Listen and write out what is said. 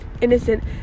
innocent